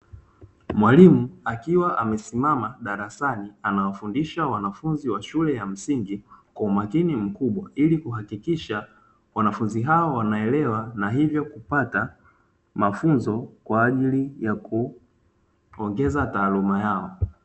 Mwalimu akiwa amesimama darasani, anawafundisha wanafunzi wa shule ya msingi, kwa umakini mkubwa, ili kuhakikisha wanafunzi hawa wanaelewa na hivyo kupata mafunzo kwa ajili ya kuongeza taaluma yao.